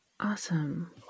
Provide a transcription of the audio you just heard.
Awesome